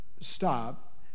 stop